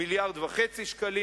1.5 מיליארד שקלים,